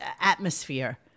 atmosphere